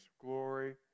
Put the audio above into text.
Glory